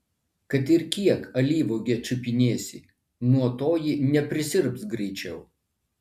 kad ir kiek alyvuogę čiupinėsi nuo to ji neprisirps greičiau